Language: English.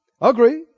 Agree